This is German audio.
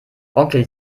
onkel